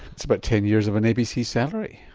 that's about ten years of an abc salary.